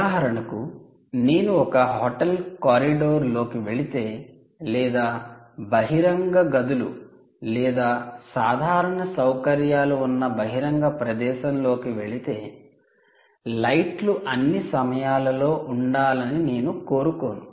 ఉదాహరణకు నేను ఒక హోటల్ కారిడార్ లోకి వెళితే లేదా బహిరంగ గదులు లేదా సాధారణ సౌకర్యాలు ఉన్న బహిరంగ ప్రదేశం లోకి వెళితే లైట్లు అన్ని సమయాలలో ఉండాలని నేను కోరుకోను